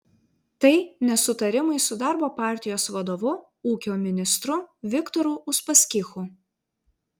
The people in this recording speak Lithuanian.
tai nesutarimai su darbo partijos vadovu ūkio ministru viktoru uspaskichu